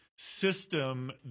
system